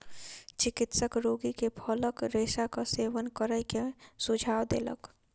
चिकित्सक रोगी के फलक रेशाक सेवन करै के सुझाव देलक